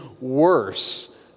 worse